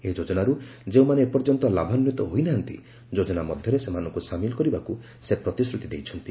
ଏହି ଯୋଜନାରୁ ଯେଉଁମାନେ ଏପର୍ଯ୍ୟନ୍ତ ଲାଭାନ୍ପିତ ହୋଇନାହାନ୍ତି ଯୋଜନା ମଧ୍ୟରେ ସେମାନଙ୍କୁ ସାମିଲ କରିବାକୁ ସେ ପ୍ରତିଶ୍ରତି ଦେଇଛନ୍ତି